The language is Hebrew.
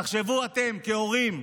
תחשבו, אתם כהורים,